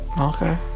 Okay